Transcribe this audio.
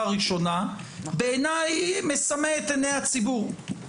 ראשונה בעיני מסמא את עיני הציבור.